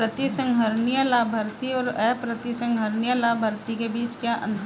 प्रतिसंहरणीय लाभार्थी और अप्रतिसंहरणीय लाभार्थी के बीच क्या अंतर है?